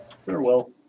Farewell